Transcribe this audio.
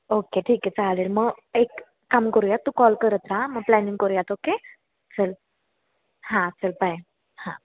okay ठीक आहे चालेल मग एक काम करूया तू कॉल करत जा मग प्लॅनिंग करूयात ओके चल हां चल बाय हां